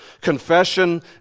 Confession